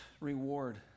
reward